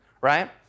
right